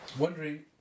Wondering